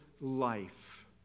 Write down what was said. life